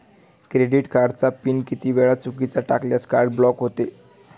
Credit कार्डचा PIN किती वेळा चुकीचा टाकल्यास कार्ड ब्लॉक होते?